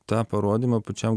tą parodymą pačiam